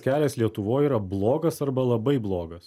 kelias lietuvoj yra blogas arba labai blogas